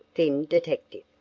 thin detective.